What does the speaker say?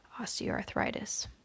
osteoarthritis